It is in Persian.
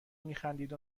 میخندید